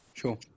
Sure